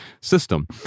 system